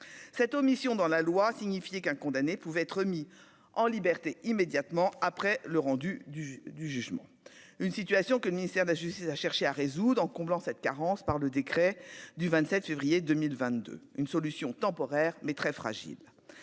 cette omission dans la loi signifier qu'un condamné pouvait être remis en liberté, immédiatement après le rendu du du jugement, une situation que le ministère de la Justice a cherché à résoudre en comblant cette carence par le décret du 27 février 2022 : une solution temporaire, mais très fragile,